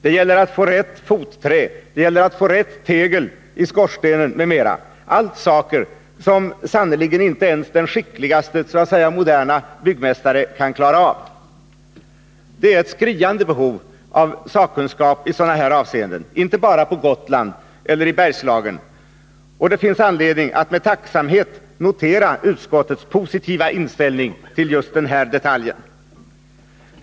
Det gäller att få fram rätt fotträ, och det gäller att få rätt tegel till skorstenen, m.m. Allt detta är saker som sannerligen inte ens den skickligaste så att säga moderna byggmästare kan klara av. Det är ett skriande behov av sakkunskap i sådana här avseenden, inte bara genom byggnadshyttor på Gotland och i Bergslagen. Det finns anledning att med tacksamhet notera utskottets positiva inställning till just den här detaljen.